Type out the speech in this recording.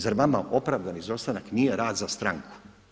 Zar vama opravdani izostanak nije rad za stranku?